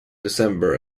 december